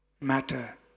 matter